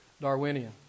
Darwinian